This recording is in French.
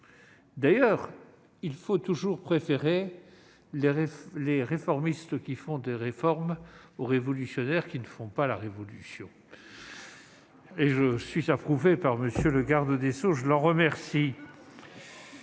D'ailleurs, il faut toujours préférer les réformistes qui font des réformes aux révolutionnaires qui ne font pas la révolution ! Bravo ! M. le garde des sceaux approuve